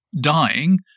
dying